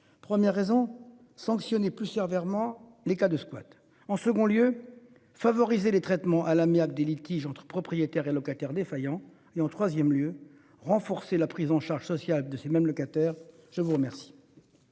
Première raison sanctionné plusieurs Vermand. Les cas de squat en second lieu, favoriser les traitements à l'amiable des litiges entre propriétaires et locataires défaillants et en 3ème lieu, renforcer la prise en charge sociale de ces mêmes locataires je vous remercie.